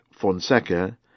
Fonseca